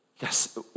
Yes